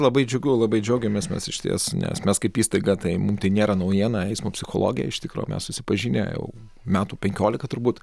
labai džiugu labai džiaugiamės mes išties nes mes kaip įstaiga tai mum tai nėra naujiena eismo psichologija iš tikro mes susipažinę jau metų penkiolika turbūt